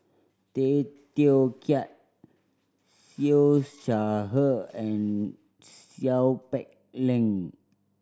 Tay Teow Kiat Siew Shaw Her and Seow Peck Leng